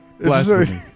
Blasphemy